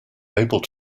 able